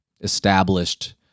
established